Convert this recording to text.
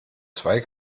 zwei